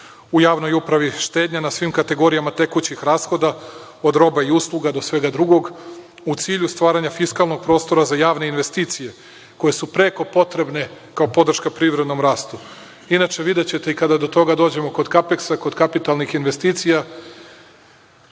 u javnoj upravi, štednja na svim kategorijama tekućih rashoda, od roba i usluga do svega drugog, u cilju stvaranja fiskalnog prostora za javne investicije, koje su preko potrebne kao podrška privrednom rastu. Inače, videćete kada do toga dođemo, kod „Kapeksa“, kod kapitalnih investicija,